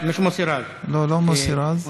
לא, לא מוסי רז.